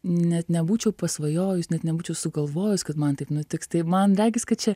net nebūčiau pasvajojus net nebūčiau sugalvojus kad man taip nutiks tai man regis kad čia